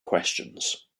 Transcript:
questions